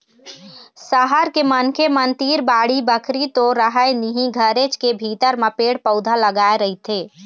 सहर के मनखे मन तीर बाड़ी बखरी तो रहय नहिं घरेच के भीतर म पेड़ पउधा लगाय रहिथे